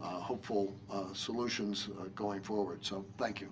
hopeful solutions going forward. so thank you.